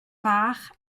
fach